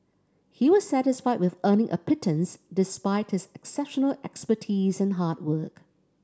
he was satisfied with earning a pittance despite his exceptional expertise and hard work